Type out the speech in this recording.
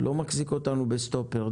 לא מחזיק אותנו בסטופר.